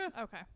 Okay